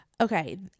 Okay